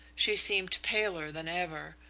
she seemed paler than ever,